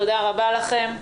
תודה רבה לכם.